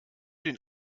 den